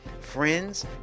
friends